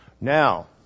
Now